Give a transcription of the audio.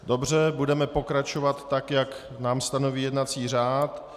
Dobře, budeme pokračovat tak, jak nám stanoví jednací řád.